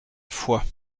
foix